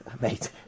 Mate